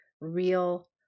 real